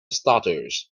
starters